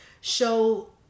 show